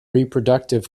reproductive